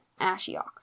Ashiok